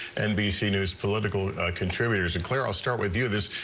nbc news political contributors and clear all start with you this.